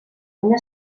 una